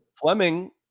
Fleming